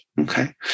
Okay